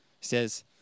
says